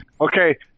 okay